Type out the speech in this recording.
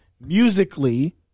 Musically